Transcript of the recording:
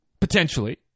potentially